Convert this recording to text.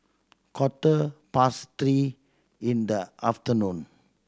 quarter past three in the afternoon